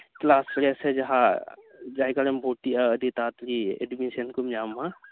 class ᱨᱮ ᱥᱮ ᱡᱟᱦᱟᱸ ᱡᱟᱭᱜᱟᱨᱮᱢ ᱵᱷᱳᱨᱛᱤᱜᱼᱟ ᱟᱹᱰᱤ ᱛᱟᱨᱟᱛᱟᱨᱤ ᱮᱰᱢᱤᱥᱚᱱ ᱠᱚᱢ ᱧᱟᱢᱟ